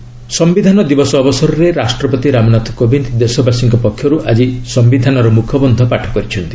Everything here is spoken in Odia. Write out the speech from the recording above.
କନ୍ଷ୍ଟିଚ୍ୟୁସନ୍ ଡେ' ସମ୍ଭିଧାନ ଦିବସ ଅବସରରେ ରାଷ୍ଟ୍ରପତି ରାମନାଥ କୋବିନ୍ଦ ଦେଶବାସୀଙ୍କ ପକ୍ଷରୁ ଆଜି ସମ୍ଭିଧାନର ମୁଖବନ୍ଧ ପାଠ କରିଛନ୍ତି